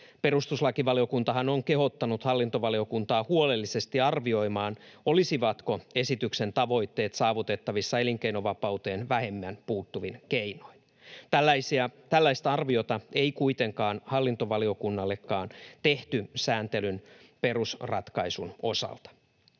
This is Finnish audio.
Perustuslakivaliokuntahan on kehottanut hallintovaliokuntaa huolellisesti arvioimaan, olisivatko esityksen tavoitteet saavutettavissa elinkeinovapauteen vähemmän puuttuvin keinoin. Tällaista arviota ei kuitenkaan hallintovaliokunnallekaan tehty sääntelyn perusratkaisun osalta.